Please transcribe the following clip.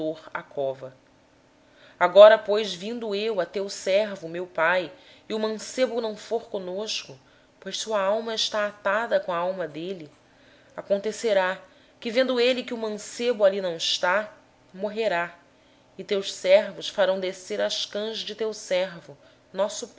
tristeza ao seol agora pois se eu for ter com o teu servo meu pai e o menino não estiver conosco como a sua alma está ligada com a alma dele acontecerá que vendo ele que o menino ali não está morrerá e teus servos farão descer as cãs de teu servo nosso